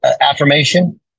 affirmation